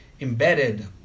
embedded